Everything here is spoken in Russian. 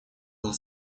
был